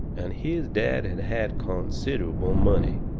and his dad had had considerable money.